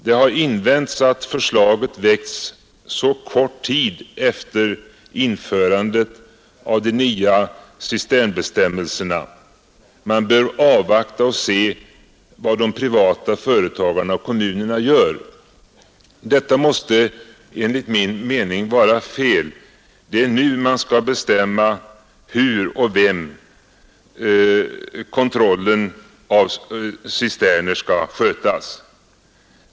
Man har invänt att förslaget väckts så kort tid efter införandet av de nya cisternbestämmelserna; man bör avvakta och se vad de privata företagarna och kommunerna gör. Detta måste enligt min mening vara fel. Det är nu man skall bestämma hur och av vem kontrollen av cisterner skall skötas.